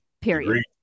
period